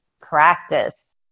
practice